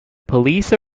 police